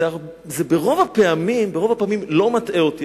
ברוב הפעמים זה לא מטעה אותי.